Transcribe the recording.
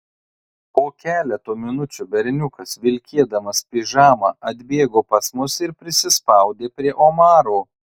po keleto minučių berniukas vilkėdamas pižamą atbėgo pas mus ir prisispaudė prie omaro